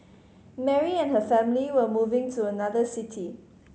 Mary and her family were moving to another city